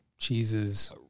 cheeses